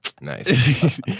Nice